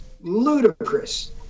ludicrous